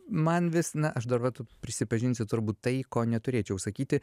man vis na aš dar vat prisipažinsiu turbūt tai ko neturėčiau sakyti